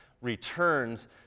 returns